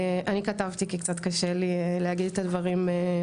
אני כתבתי כי קצת קשה לי להגיד את הדברים.